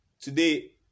today